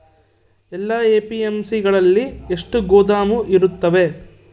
ಎಲ್ಲಾ ಎ.ಪಿ.ಎಮ್.ಸಿ ಗಳಲ್ಲಿ ಎಷ್ಟು ಗೋದಾಮು ಇರುತ್ತವೆ?